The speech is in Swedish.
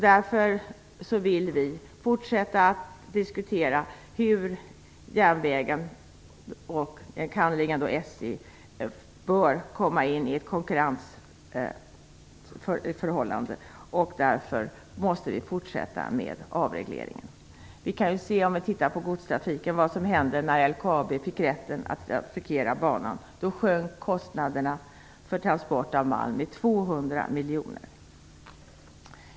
Därför vill vi fortsätta att diskutera hur järnvägen, enkannerligen SJ, bör komma in i ett konkurrensförhållande. Därför måste avregleringen fortsätta. När det gäller godstrafiken kan man se vad som hände när LKAB fick rätten att trafikera banan. Då sjönk nämligen kostnaden för transport av malm med 200 miljoner.